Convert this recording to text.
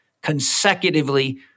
consecutively